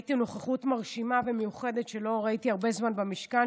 ראיתי נוכחות מרשימה ומיוחדת שלא ראיתי הרבה זמן במשכן,